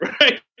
right